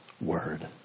word